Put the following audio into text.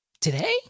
Today